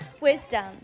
wisdom